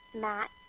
Matt